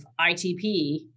ITP